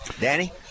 Danny